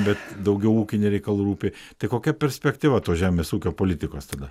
bet daugiau ūkiniai reikalų rūpi tai kokia perspektyva tos žemės ūkio politikos tada